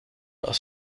aus